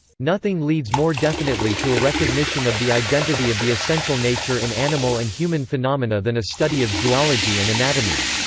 nothing leads more definitely to a recognition of the identity of the essential nature in animal and human phenomena than a study of zoology and anatomy.